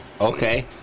Okay